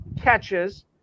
catches